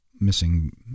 missing